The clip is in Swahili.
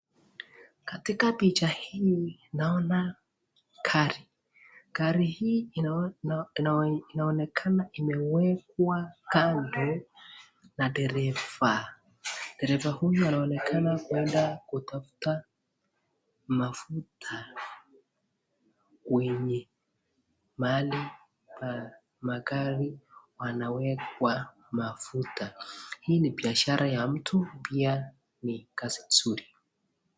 Katika picha hii naona gari. Gari hii inaonekana imewekwa kando na dereva. Dereva huyu anaonekana kuendanda kutafuta mafuta kwenye mahali magari wanawekwa mafuta. Hii ni biashara ya mtu pia ni kazi nzuri.